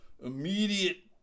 Immediate